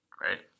right